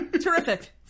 terrific